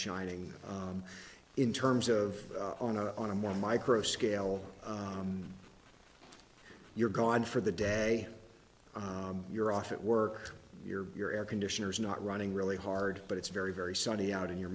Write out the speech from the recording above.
shining in terms of on a on a more micro scale you're gone for the day you're off at work you're your air conditioners not running really hard but it's very very sunny out and you're